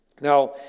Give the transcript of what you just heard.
Now